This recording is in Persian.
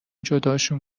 جداشون